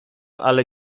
ale